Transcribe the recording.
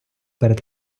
перед